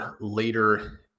later